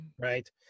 right